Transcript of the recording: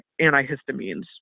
antihistamines